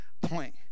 point